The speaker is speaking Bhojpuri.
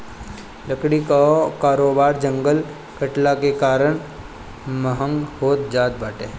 लकड़ी कअ कारोबार जंगल कटला के कारण महँग होत जात बाटे